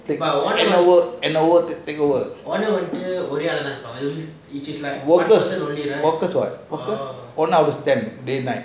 one hour to take over day night